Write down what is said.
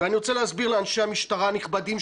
ואני רוצה להסביר לאנשי המשטרה הנכבדים,